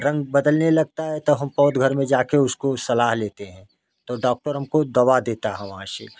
रंग बदलने लगता है तो हम पौध घर मे जाके उसको सलाह लेते है तो डॉक्टर हमको दवा देता है